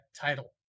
title